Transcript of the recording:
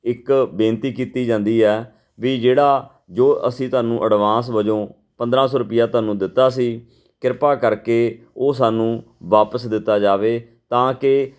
ਇੱਕ ਬੇਨਤੀ ਕੀਤੀ ਜਾਂਦੀ ਆ ਵੀ ਜਿਹੜਾ ਜੋ ਅਸੀਂ ਤੁਹਾਨੂੰ ਐਡਵਾਂਸ ਵਜੋਂ ਪੰਦਰ੍ਹਾ ਸੌ ਰੁਪਈਆ ਤੁਹਾਨੂੰ ਦਿੱਤਾ ਸੀ ਕਿਰਪਾ ਕਰਕੇ ਉਹ ਸਾਨੂੰ ਵਾਪਸ ਦਿੱਤਾ ਜਾਵੇ ਤਾਂ ਕਿ